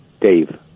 Dave